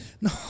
No